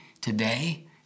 today